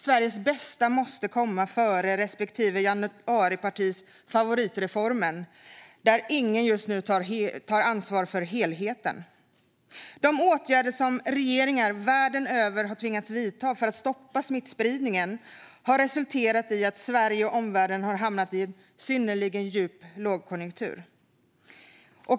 Sveriges bästa måste komma före respektive januaripartis favoritreformer, där ingen just nu tar ansvar för helheten. De åtgärder som regeringar världen över har tvingats vidta för att stoppa smittspridningen har resulterat i att Sverige och omvärlden har hamnat i synnerligen djup lågkonjunktur.